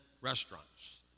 restaurants